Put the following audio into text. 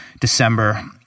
December